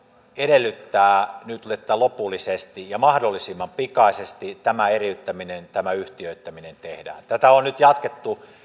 edellyttää nyt että lopullisesti ja mahdollisimman pikaisesti tämä eriyttäminen tämä yhtiöittäminen tehdään tätä on nyt jatkettu